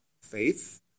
faith